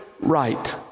right